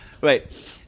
Right